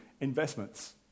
investments